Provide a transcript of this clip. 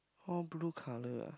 all blue colour ah